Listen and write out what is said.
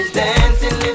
dancing